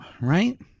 right